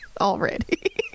already